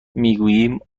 میگوییم